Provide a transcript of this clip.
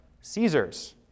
caesar's